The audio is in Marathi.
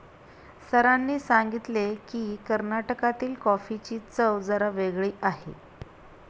सरांनी सांगितले की, कर्नाटकातील कॉफीची चव जरा वेगळी आहे